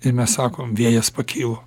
ir mes sakom vėjas pakilo